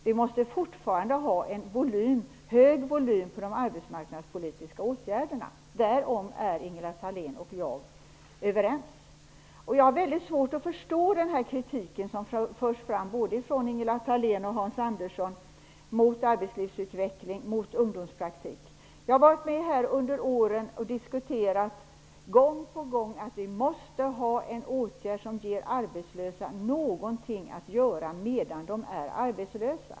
Vi måste fortfarande ha en hög volym på de arbetsmarknadspolitiska åtgärderna. Därom är Ingela Thalén och jag överens. Jag har väldigt svårt att förstå den kritik som förs fram både från Ingela Thalén och från Hans Andersson mot arbetslivsutveckling och mot ungdomspraktik. Jag har varit med här under åren och gång på gång förklarat att vi måste ge de arbetslösa någonting att göra medan de är arbetslösa.